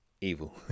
evil